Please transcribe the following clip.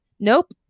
nope